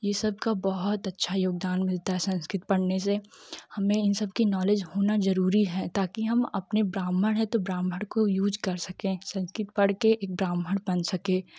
यह सब का बहुत अच्छा योगदान मिलता है संस्कृत पढ़ने से हमें इन सब का नॉलेज होना ज़रूरी है ताकि हम अपने ब्राह्मण है तो ब्राह्मण को यूज कर सके संस्कृत पढ़कर एक ब्राह्मण बन सके